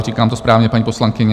Říkám to správně, paní poslankyně?